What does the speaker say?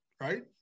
right